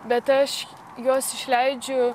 bet aš juos išleidžiu